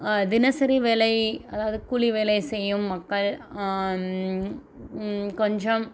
தினசரி வேலை அதாவது கூலி வேலை செய்யும் மக்கள் கொஞ்சம்